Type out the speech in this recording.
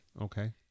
Okay